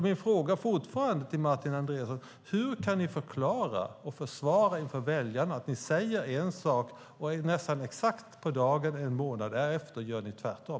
Min fråga till Martin Andreasson är alltså fortfarande: Hur kan ni förklara och försvara inför väljarna att ni säger en sak och nästan exakt på dagen en månad därefter gör tvärtom?